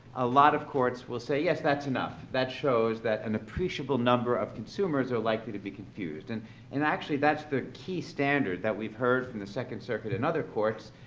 a lot of courts will say, yes, that's enough. that shows that an appreciable number of consumers are likely to be confused. and and actually that's the key standard that we've heard from the second circuit and other courts,